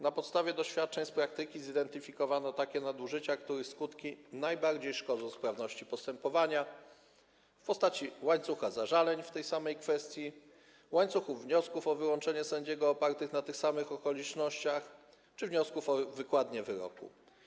Na podstawie doświadczeń z praktyki zidentyfikowano nadużycia, których skutki najbardziej szkodzą sprawności postępowania: łańcuch zażaleń w tej samej kwestii, łańcuchy wniosków o wyłączenie sędziego oparte na tych samych okolicznościach czy wniosków o wykładnie wyroku.